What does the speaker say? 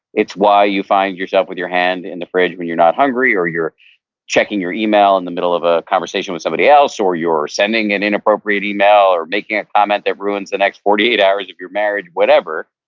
it's why you find yourself with your hand in the fridge when you're not hungry, or you're checking your email in the middle of a conversation with somebody else, or you're sending an inappropriate email, or making a comment that ruins the next forty eight hours of you're married, whatever,